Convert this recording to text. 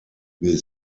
wie